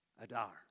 Adar